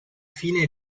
fine